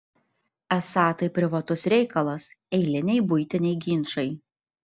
esą tai privatus reikalas eiliniai buitiniai ginčai